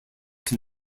can